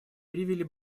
привели